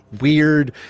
weird